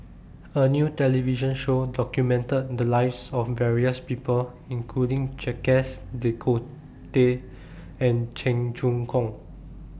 A New television Show documented The Lives of various People including Jacques De and Cheong Choong Kong